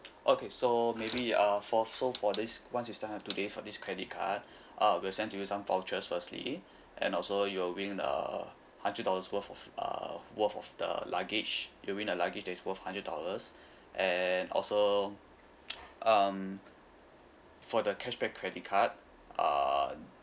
okay so maybe uh for so for this once you signed up today for this credit card uh we'll send you some vouchers firstly and also you'll win a hundred dollars worth of uh worth of the luggage you'll win a luggage that is worth hundred dollars and also um for the cashback credit card uh